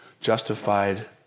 justified